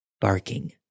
barking